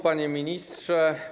Panie Ministrze!